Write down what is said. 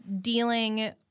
dealing